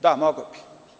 Da, mogao bi.